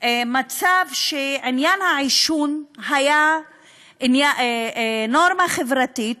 ממצב שהעישון היה נורמה חברתית